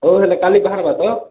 ହଉ ହେଲେ କାଲି ବାହାରିବା ତ